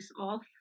off